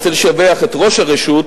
אני רוצה לשבח את ראש הרשות,